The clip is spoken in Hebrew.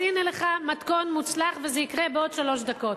אז הנה לך מתכון מוצלח, וזה יקרה בעוד שלוש דקות.